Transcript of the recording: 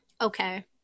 Okay